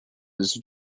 his